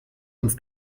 uns